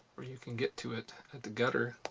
where you can get to it at the gutter,